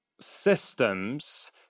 systems